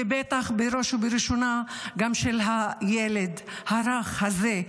ובטח בראש ובראשונה גם של הילד הרך הזה,